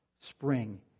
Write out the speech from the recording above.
spring